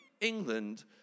England